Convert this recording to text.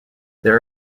there